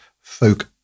folk